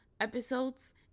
episodes